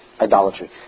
idolatry